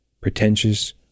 pretentious